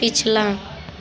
पिछला